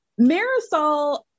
Marisol